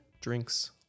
drinks